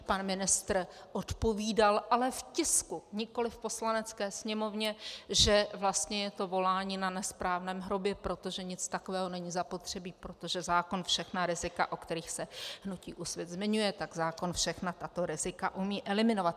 Pan ministr odpovídal, ale v tisku, nikoliv v Poslanecké sněmovně, že vlastně je to volání na nesprávném hrobě, protože nic takového není zapotřebí, protože zákon všechna rizika, o kterých se hnutí Úsvit zmiňuje, tak zákon všechna tato rizika umí eliminovat.